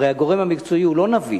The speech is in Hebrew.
הרי הגורם המקצועי הוא לא נביא.